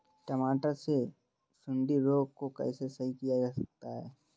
टमाटर से सुंडी रोग को कैसे सही किया जा सकता है?